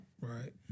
Right